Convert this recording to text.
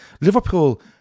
Liverpool